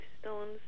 stones